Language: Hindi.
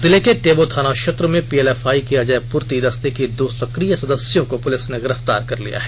जिले के टेबो थाना क्षेत्र में पीएलएफआई के अजय प्रर्ति दस्ते के दो सक्रिय सदस्यों को पुलिस ने गिरफ्तार कर लिया है